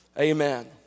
amen